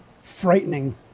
frightening